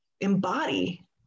embody